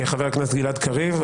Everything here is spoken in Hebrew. חבר הכנסת גלעד קריב.